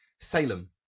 salem